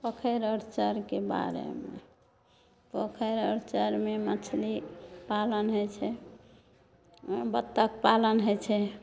पोखरि आओर चओरके बारेमे पोखरि आओर चओरमे मछली पालन होइत छै ओहिमे बत्तख पालन होइत छै